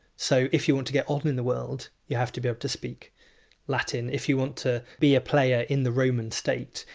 so if you want to get on in in the world you have to be able to speak latin if you want to be a player in the roman state,